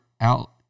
out